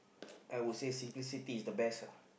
I would say simplicity is the best lah